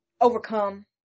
overcome